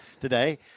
today